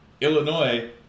Illinois